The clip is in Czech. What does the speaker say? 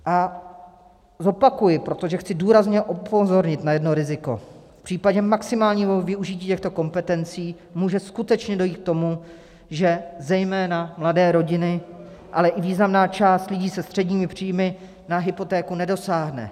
A zopakuji, protože chci důrazně upozornit na jedno riziko: V případě maximálního využití těchto kompetencí může skutečně dojít k tomu, že zejména mladé rodiny, ale i významná část lidí se středními příjmy na hypotéku nedosáhne.